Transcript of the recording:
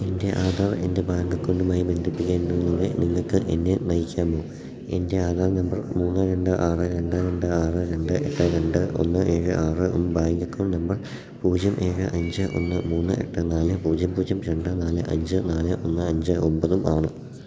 എൻറ്റെ ആധാർ എൻറ്റെ ബാങ്ക് അക്കൗണ്ടുമായി ബന്ധിപ്പിയ്ക്കുക എന്നതിലൂടെ നിങ്ങൾക്ക് എന്നെ നയിക്കാമോ എൻറ്റെ ആധാർ നമ്പർ മൂന്ന് രണ്ട് ആറ് രണ്ട് രണ്ട് ആറ് രണ്ട് എട്ട് രണ്ട് ഒന്ന് ഏഴ് ആറും ബാങ്ക് അക്കൗണ്ട് നമ്പർ പൂജ്യം ഏഴ് അഞ്ച് ഒന്ന് മൂന്ന് എട്ട് നാല് പൂജ്യം പൂജ്യം രണ്ട് നാല് അഞ്ച് നാല് ഒന്ന് അഞ്ച് ഒൻപതും ആണ്